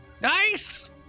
Nice